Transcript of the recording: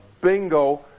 bingo